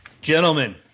Gentlemen